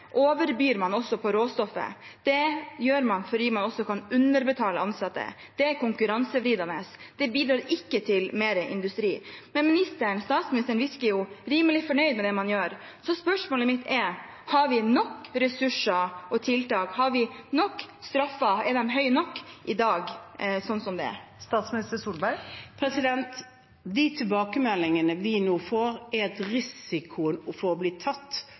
overbyr man også på råstoffet. Det gjør man fordi man også kan underbetale ansatte. Det er konkurransevridende. Det bidrar ikke til mer industri. Men statsministeren virker rimelig fornøyd med det man gjør, så spørsmålet mitt er: Har vi nok ressurser og tiltak, har vi nok straff, er den høy nok i dag slik det er i dag? De tilbakemeldingene vi nå får, er at risikoen for å bli tatt